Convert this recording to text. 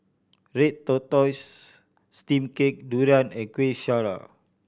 red tortoise steamed cake durian and Kueh Syara